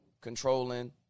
controlling